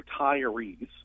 retirees